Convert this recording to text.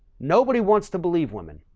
nobody wants to believe women.